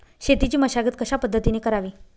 शेतीची मशागत कशापद्धतीने करावी?